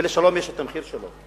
ולשלום יש המחיר שלו.